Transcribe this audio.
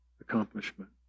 accomplishment